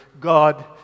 God